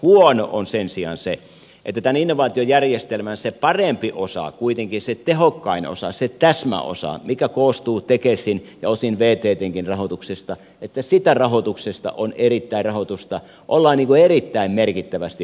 huonoa on sen sijaan se että tämän innovaatiojärjestelmän sen paremman osan kuitenkin sen tehokkaimman osan sen täsmäosan joka koostuu tekesin ja osin vttnkin rahoituksesta rahoitusta ollaan erittäin merkittävästi vähentämässä